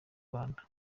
rwanda